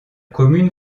commune